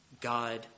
God